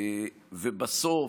ובסוף,